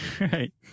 Right